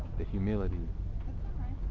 the humility alright